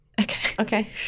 Okay